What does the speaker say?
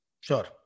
sure